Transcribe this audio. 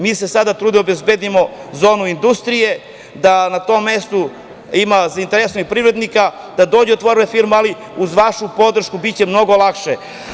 Mi se sada trudimo da obezbedimo zonu industrije, da na tom mestu ima zainteresovanih privrednika, da dođu i otvore firme, ali, uz vašu podršku biće mnogo lakše.